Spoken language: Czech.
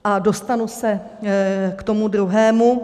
A dostanu se k tomu druhému.